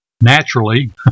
Naturally